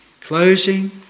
closing